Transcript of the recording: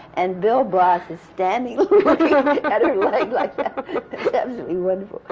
and bill blass is standing, looking at her leg like yeah absolutely wonderful.